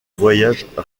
voyage